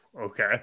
Okay